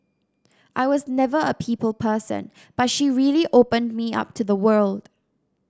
I was never a people person but she really opened me up to the world